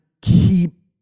keep